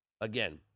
Again